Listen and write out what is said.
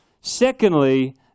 Secondly